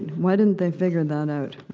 why didn't they figure that out?